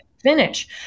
Finish